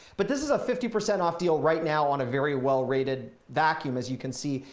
but this is a fifty percent off deal right now on a very well rated vacuum as you can see,